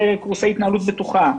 וקורסי התנהלות בטוחה,